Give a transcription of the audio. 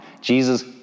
Jesus